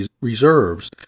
reserves